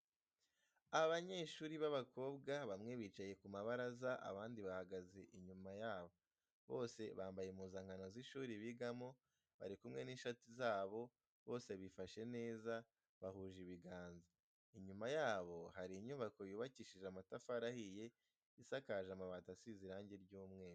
Abanyeshuri b'abakobwa bamwe bicaye ku mabaraza, abandi bahagaze inyuma yabo. Bose bambaye impuzankano z'ishuri bigamo, bari kumwe n'inshuti zabo, bose bifashe neza, bahuje ibiganza. Inyuma yabo hari inyubako yubakishije amatafari ahiye, isakaje amabati asize irangi ry'umweru.